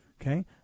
Okay